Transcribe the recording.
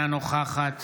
נוכחת